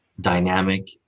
dynamic